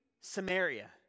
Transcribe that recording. Samaria